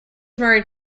married